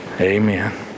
Amen